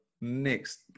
next